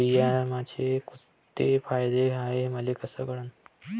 बिम्याचे कुंते फायदे हाय मले कस कळन?